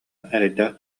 эрэйдээх